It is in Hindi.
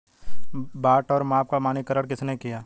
बाट और माप का मानकीकरण किसने किया?